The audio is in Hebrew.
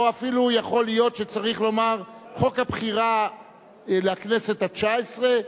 או אפילו יכול להיות שצריך לומר: חוק הבחירה לכנסת התשע-עשרה.